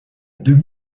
deux